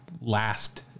last